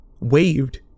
waved